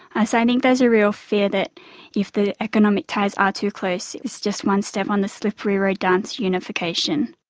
so i think there's a real fear that if the economic ties are too close, it's just one step on the slippery road down to unification.